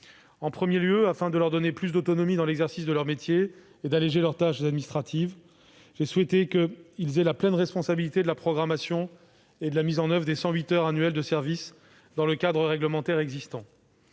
En premier lieu, afin de leur donner plus d'autonomie dans l'exercice de leur métier et d'alléger leurs tâches administratives, j'ai souhaité qu'ils aient la pleine responsabilité de la programmation et de la mise en oeuvre des 108 heures annuelles de service dans le cadre réglementaire existant.